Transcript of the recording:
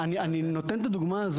אני נותן את הדוגמא הזאת,